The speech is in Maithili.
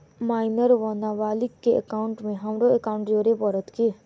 माइनर वा नबालिग केँ एकाउंटमे हमरो एकाउन्ट जोड़य पड़त की?